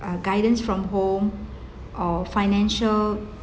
uh guidance from home or financial